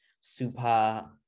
super